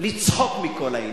לצחוק מכל העניין.